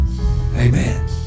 Amen